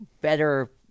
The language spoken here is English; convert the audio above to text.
better –